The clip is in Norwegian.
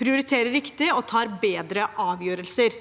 prioriterer riktig og tar bedre avgjørelser.